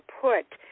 put –